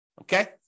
Okay